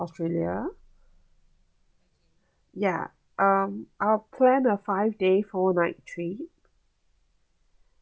australia ya um I'll plan a five day four night trip